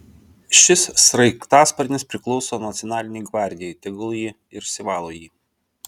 šis sraigtasparnis priklauso nacionalinei gvardijai tegul ji ir išsivalo jį